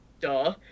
Duh